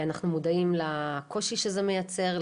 אנחנו מודעים לקושי שזה מייצר,